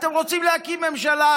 אתם רוצים להקים ממשלה?